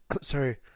Sorry